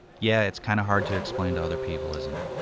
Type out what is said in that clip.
yeah it's kind of hard to explain to other people isn't it.